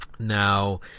Now